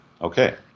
Okay